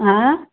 হাঁ